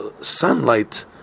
sunlight